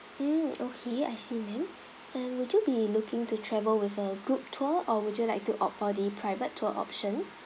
mm okay I see ma'am um would you be looking to travel with a group tour or would you like to opt for the private tour option